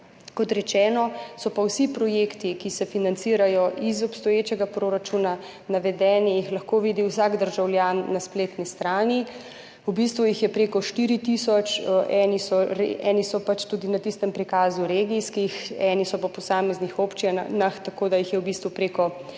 Kot rečeno, so pa vsi projekti, ki se financirajo iz obstoječega proračuna, navedeni in jih lahko vidi vsak državljan na spletni strani, v bistvu jih je prek štiri tisoč, eni so pač tudi na tistem prikazu regijskih, eni so po posameznih občinah, tako da jih je v bistvu prek štiri tisoč.